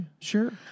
sure